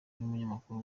n’umunyamakuru